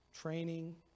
training